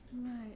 Right